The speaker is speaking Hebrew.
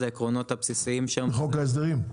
בחוק ההסדרים?